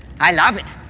i love it,